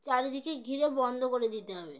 চারিদিকে ঘিরে বন্ধ করে দিতে হবে